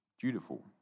dutiful